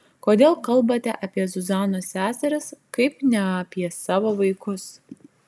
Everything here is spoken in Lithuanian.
kodėl kalbate apie zuzanos seseris kaip ne apie savo vaikus